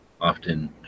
often